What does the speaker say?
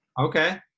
Okay